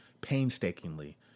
painstakingly